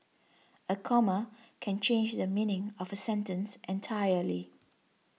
a comma can change the meaning of a sentence entirely